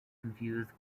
confused